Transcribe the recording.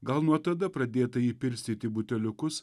gal nuo tada pradėta į jį pilstyti buteliukus